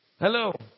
Hello